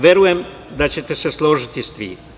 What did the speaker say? Verujem da ćete se složiti sa tim.